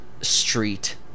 street